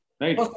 Right